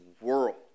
world